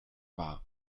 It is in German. war